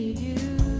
do